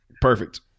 Perfect